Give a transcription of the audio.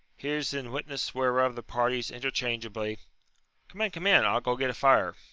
here's in witness whereof the parties interchangeably come in, come in i'll go get a fire.